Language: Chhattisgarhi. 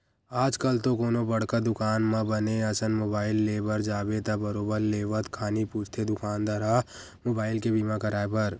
आजकल तो कोनो बड़का दुकान म बने असन मुबाइल ले बर जाबे त बरोबर लेवत खानी पूछथे दुकानदार ह मुबाइल के बीमा कराय बर